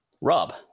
Rob